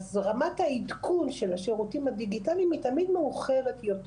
אז רמת העדכון של השירותים הדיגיטיליים היא תמיד מאוחרת יותר.